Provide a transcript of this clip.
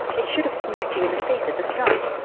it should have smacked you in the face at the start.